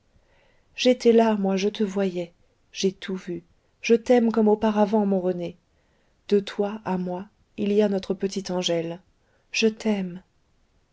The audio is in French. j'étais là moi je te voyais j'ai tout vu je t'aime comme auparavant mon rené de toi à moi il y a notre petite angèle je t'aime